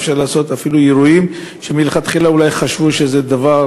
אפשר לעשות אפילו אירועים שמלכתחילה אולי חשבו שזה דבר